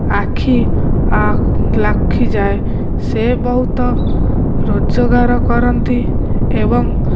ଆଖି ଲାଖିଯାଏ ସେ ବହୁତ ରୋଜଗାର କରନ୍ତି ଏବଂ